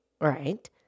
Right